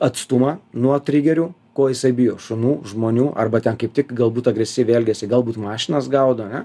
atstumą nuo trigerių ko jisai bijo šunų žmonių arba ten kaip tik galbūt agresyviai elgiasi galbūt mašinas gaudo ane